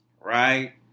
right